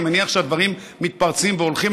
אני מניח שהדברים מתפרצים והולכים,